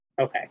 Okay